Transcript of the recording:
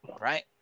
right